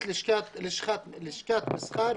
גם הציבור הבדואי,